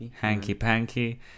Hanky-panky